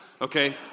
okay